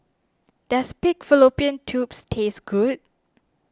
does Pig Fallopian Tubes taste good